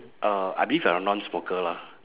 uh I believe you're a non smoker lah